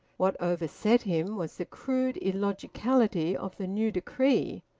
what overset him was the crude illogicality of the new decree,